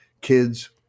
kids